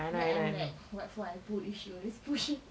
then I'm like what for I put if she'll just push it